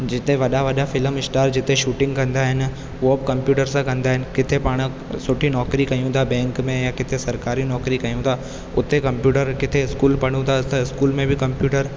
जिते वॾा वॾा फिलम स्टार जिते शूटिंग कंदा आहिनि उहे कम्पयूटर सां कंदा आहिनि किथे पाण सुठी नौकिरी कयूं था बैंक में या सरकारी नौकिरी कयूं था उते कम्पयूटर किथे स्कूल पढ़ूं था त स्कूल में बि कम्पयूटर